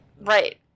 Right